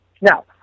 Now